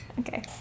Okay